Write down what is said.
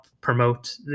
promote